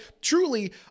truly